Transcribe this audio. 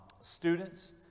students